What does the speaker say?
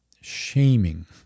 shaming